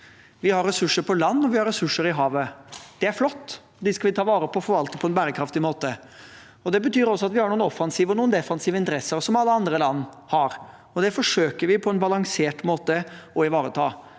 Vi har ressurser på land, og vi har ressurser i havet. Det er flott. De skal vi ta vare på og forvalte på en bærekraftig måte. Det betyr også at vi har noen offensive og noen defensive interesser, som alle andre land har, og det forsøker vi på en balansert måte å ivareta.